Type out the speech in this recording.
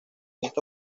esta